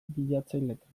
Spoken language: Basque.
bilatzailetan